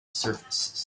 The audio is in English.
surfaces